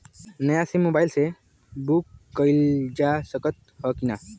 नया sim mobile से book कइलजा सकत ह कि ना?